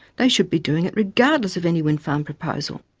they should be doing it regardless of any wind farm proposal.